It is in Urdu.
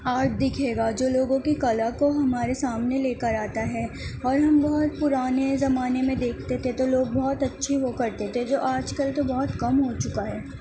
آرٹ دکھے گا جو لوگوں کی کلا کو ہمارے سامنے لے کر آتا ہے اور ہم بہت پرانے زمانے میں دیکھتے تھے تو لوگ بہت اچھی وہ کرتے تھے جو آج کل تو بہت کم ہو چکا ہے